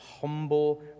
humble